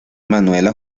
manuela